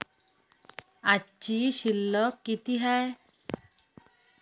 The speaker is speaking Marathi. आजची शिल्लक किती हाय?